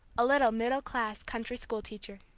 a little middle-class country school teacher.